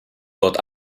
dort